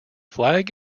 flag